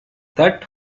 that